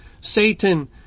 Satan